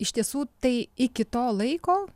iš tiesų tai iki to laiko